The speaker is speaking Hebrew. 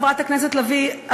חברת הכנסת לביא,